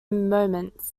moments